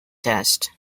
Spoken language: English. test